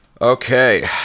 Okay